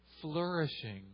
flourishing